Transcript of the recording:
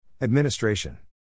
Administration